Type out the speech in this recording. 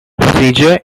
procedure